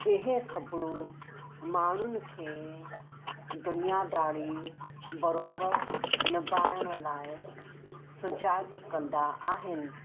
इहे ख़बरूं माण्हुनि खे दुनियादारी बरोबरु निभाहिण लाइ सुजाॻु कंदा आहिनि